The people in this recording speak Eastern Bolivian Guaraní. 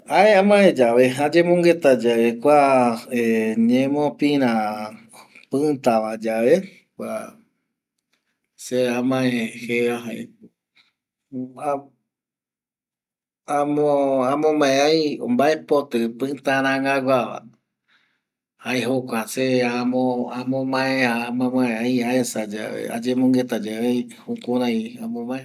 Aë amae yave ayemongueta ye kua ñemopira pitaba yave kua se amae jeva jaeko amomae ai mbaepoti pita rangaguava jae jokua se amomae ai añemongueta yave jukurai amomae.